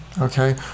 Okay